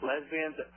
Lesbians